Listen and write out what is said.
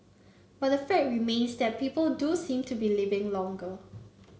but the fact remains that people do seem to be living longer